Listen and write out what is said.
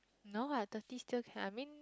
no ah thirty still can I mean